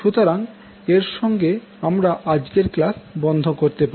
সুতরাং এর সঙ্গে আমরা আজকের ক্লাস বন্ধ করতে পারি